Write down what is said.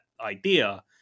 idea